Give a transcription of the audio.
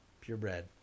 purebred